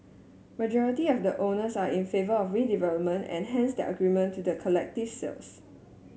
majority of the owners are in favour of redevelopment and hence their agreement to the collective sales